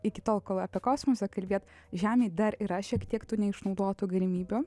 iki tol kol apie kosmosą kalbėti žemėje dar yra šiek tiek tų neišnaudotų galimybių